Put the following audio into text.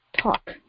talk